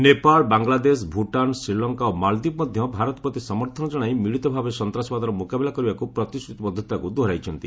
ନେପାଳ ବାଙ୍ଗଲାଦେଶ ଭୁଟାନ ଶ୍ରୀଲଙ୍କା ଓ ମାଲଦ୍ୱୀପ୍ ମଧ୍ୟ ଭାରତ ପ୍ରତି ସମର୍ଥନ ଜଣାଇ ମିଳିତ ଭାବେ ସନ୍ତ୍ରାସବାଦର ମୁକାବିଲା କରିବାକୁ ପ୍ରତିଶ୍ରତିବଦ୍ଧତାକୁ ଦୋହରାଇଛନ୍ତି